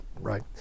right